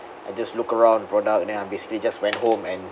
I just look around the product then I basically just went home and